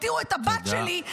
הותירו את הבת שלי,